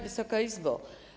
Wysoka Izbo!